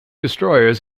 destroyers